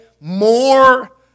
more